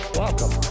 welcome